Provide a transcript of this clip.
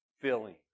filling